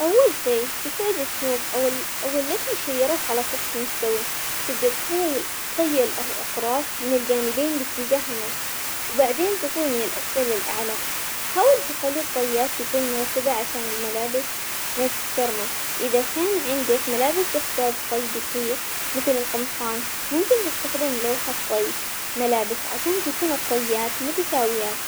أول شي تفرد الثوب أو التي شيرت على سطح مستوي تبدا تطوي طي الأطراف من الجانبين باتجاه النص، وبعدين تطوي من الأسفل للأعلى حاول تخلي الطيات تكون مرتبة عشان الملابس ما تتكرمش، إذا كان عندك ملابس تحتاج طي دقيق مثل القمصان ممكن تستخدم لوحة طي ملابس عشان تكون الطيات متساويات.